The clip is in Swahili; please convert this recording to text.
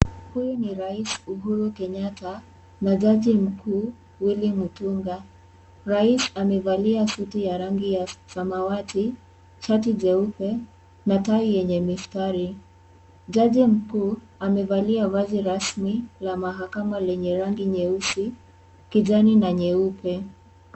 Huyu ni raisi Uhuru Kenyatta na jaji mkuu, Willy Mtunga. Raisi amevalia suti ya rangi ya samawati, shati jeupe na tai yenye mistari. Jaji mkuu, amevalia vazi rasmi la mahakama lenye rangi nyeusi, kijani na nyeupe.